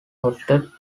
hosted